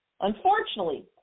Unfortunately